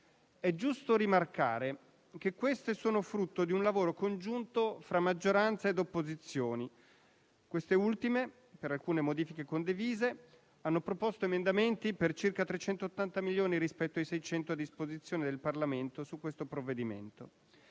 È giusto rimarcare che queste sono frutto di un lavoro congiunto fra maggioranza e opposizioni. Queste ultime, per alcune modifiche condivise, hanno proposto emendamenti per circa 380 milioni di euro rispetto ai 600 a disposizione del Parlamento su questo provvedimento.